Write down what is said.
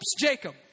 Jacob